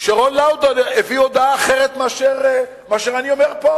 שרון לאודר הביא הודעה אחרת ממה שאני אומר פה.